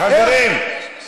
נגד מי אתה